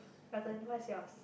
your turn what is yours